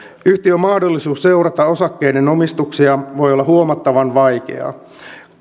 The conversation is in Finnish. yhtiön mahdollisuus seurata osakkeiden omistuksia voi olla huomattavan vaikeaa